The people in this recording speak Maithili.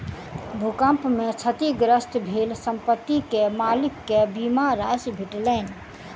भूकंप में क्षतिग्रस्त भेल संपत्ति के मालिक के बीमा राशि भेटलैन